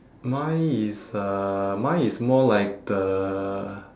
mine is uh mine is more like the